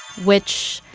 which,